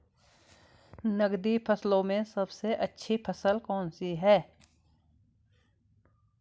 नकदी फसलों में सबसे अच्छी फसल कौन सी है?